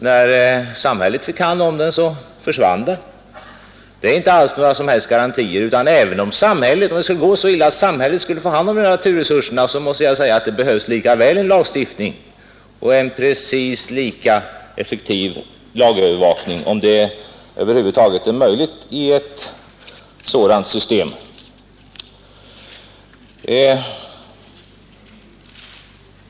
När samhället fick hand om den försvann den. Samhällsägande innebär alltså inga som helst garantier. Om det skulle gå så illa att samhället fick hand om här ifrågavarande naturresurser så behövs det lika väl en lagstiftning och en precis lika effektiv övervakning att lagarna efterlevs — om det över huvud taget är möjligt i ett sådant system.